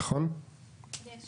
מגרשים